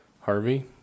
Harvey